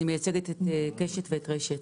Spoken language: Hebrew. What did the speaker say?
אני מייצגת את קשת ואת רשת.